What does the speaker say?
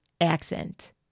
accent